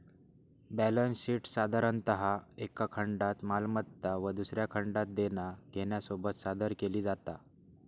balance शीटसाधारणतः एका खंडात मालमत्ता व दुसऱ्या खंडात देना घेण्यासोबत सादर केली जाता